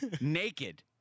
Naked